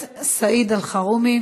11711,